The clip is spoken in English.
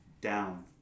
down